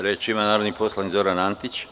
Reč ima narodni poslanik Zoran Antić.